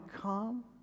come